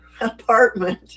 apartment